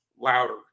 louder